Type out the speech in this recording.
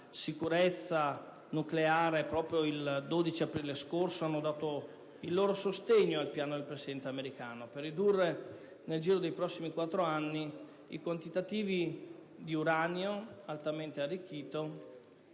sicurezza nucleare, il 12 aprile scorso, hanno dato il loro sostegno al piano del Presidente americano per ridurre nel giro dei prossimi quattro anni i quantitativi di uranio altamente arricchito